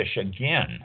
again